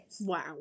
Wow